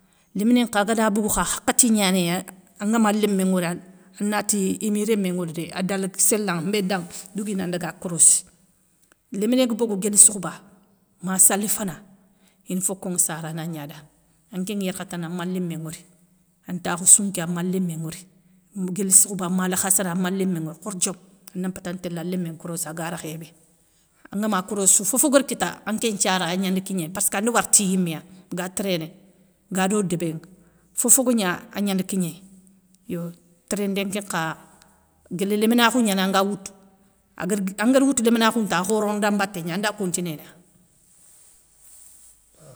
Léminé nkha agana bogou kha khakhati gnanéy angama lémé nwori anati imi rémé nwori dé a dala séla ŋa, mbéda ŋa dougui i na ndaga korossi. Léminé ga bogou guili sokhoba, ma salifana, ine fokonŋe sarana gna da, an kénŋ yarkhatana amma lémé ŋwori, antakhou sounké ama lémé ŋwori, guili sokhoba ma lakhassara ama lémé ŋwori khordiom. Ana mpatante télé lémé nkorossi aga rékhé bé. Angama korossissou fofo gara kita anké nthiara agnandi kignéy parsskandi wara ti yiméya, ga téréné, gado débénŋa, fofo gagna angnandi kignéy yo téréndé nkén nkha, guéli léminakhou gnani anga woutou agari angar woutou léminakhou nta akhorono dan mbaté gna anda continéna.